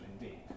indeed